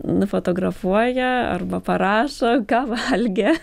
nufotografuoja arba parašo ką valgė